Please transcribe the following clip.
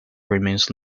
remains